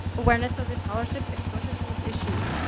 awareness of this scholarship, exposure to these issues.